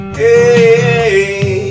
hey